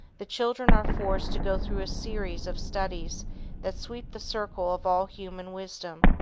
the children are forced to go through a series of studies that sweep the circle of all human wisdom.